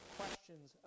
questions